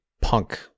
punk